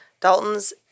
Dalton's